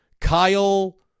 Kyle